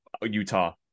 utah